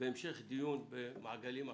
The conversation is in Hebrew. והמשך דיון במעגלים אחרים.